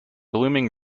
blooming